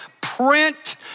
print